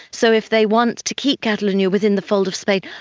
so if they want to keep catalonia within the fold of spain,